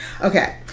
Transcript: okay